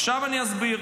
עכשיו אני אסביר.